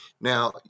Now